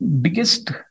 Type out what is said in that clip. biggest